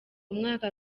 mwaka